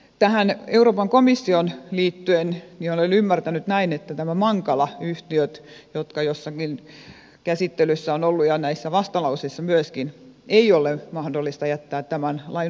tähän euroopan komissioon liittyen olen ymmärtänyt näin että näitä mankala yhtiöitä jotka jossakin käsittelyssä ja myöskin näissä vastalauseissa ovat olleet ei ole mahdollista jättää tämän lain ulkopuolelle